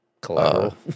Collateral